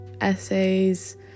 essays